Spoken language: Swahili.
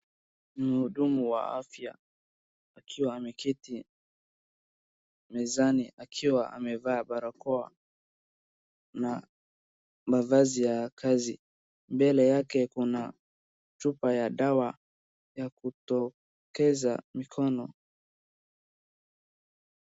Mhudumu wa afya. Akiwa ameketi mezani. Akiwa amevaa barakoa na mavazi ya kazi. Mbele yake kuna chupa ya dawa ya kuto keza mikono.